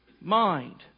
Mind